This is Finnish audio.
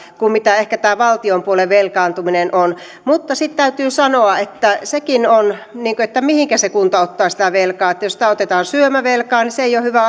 kuin mitä ehkä tämä valtion puolen velkaantuminen on mutta sitten täytyy sanoa että sekin on oleellista mihinkä se kunta ottaa sitä velkaa jos otetaan syömävelkaa niin se ei ole hyvä